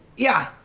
yeah.